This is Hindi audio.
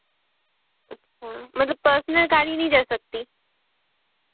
अच्छा मतलब पर्सनल गाड़ी नहीं जा सकती